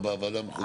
וגם אחר כך,